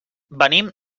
venim